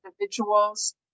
individuals